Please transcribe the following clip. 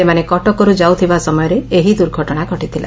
ସେମାନେ କଟକରୁ ଯାଉଥିବା ସମୟରେ ଏହି ଦୁର୍ଘଟଣା ଘଟିଥିଲା